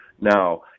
now